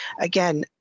again